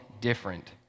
different